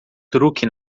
truque